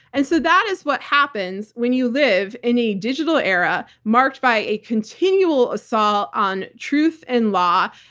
and so that is what happens when you live in a digital era marked by a continual assault on truth and law,